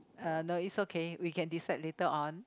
uh no it's okay we can decide later on